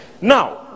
now